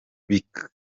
bikabyo